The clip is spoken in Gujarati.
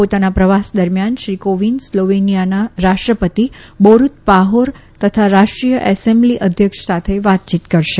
પોતાના પ્રવાસ દરમ્યાન શ્રી કોવિંદ સ્લોવેનિયાના રાષ્ટ્રપતિ બોરૂત પાહોર તથા રાષ્ટ્રીય એસેમ્બલી અધ્યક્ષ સાથે વાતચીત કરશે